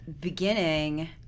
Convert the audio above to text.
beginning